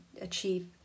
achieve